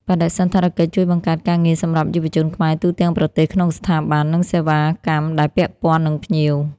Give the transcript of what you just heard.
បដិសណ្ឋារកិច្ចជួយបង្កើតការងារសម្រាប់យុវជនខ្មែរទូទាំងប្រទេសក្នុងស្ថាប័ន និងសេវាកម្មដែលពាក់ពន្ធនឹងភ្ញៀវ។